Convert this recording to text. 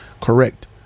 correct